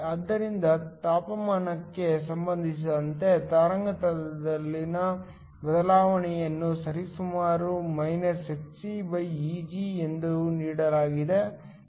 ಆದ್ದರಿಂದ ತಾಪಮಾನಕ್ಕೆ ಸಂಬಂಧಿಸಿದಂತೆ ತರಂಗಾಂತರದಲ್ಲಿನ ಬದಲಾವಣೆಯನ್ನು ಸರಿಸುಮಾರು −hcEg ಎಂದು ನೀಡಲಾಗಿದೆ